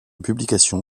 publication